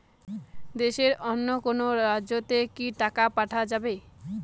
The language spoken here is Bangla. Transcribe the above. দেশের অন্য কোনো রাজ্য তে কি টাকা পাঠা যাবে?